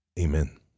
Amen